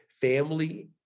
family